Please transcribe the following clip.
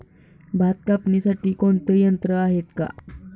भात कापणीसाठी कोणते यंत्र आहेत का?